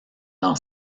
dans